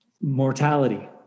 mortality